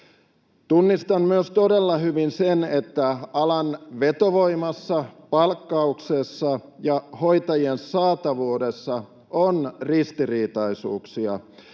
Tunnistan myös todella hyvin sen, että alan vetovoimassa, palkkauksessa ja hoitajien saatavuudessa on ristiriitaisuuksia,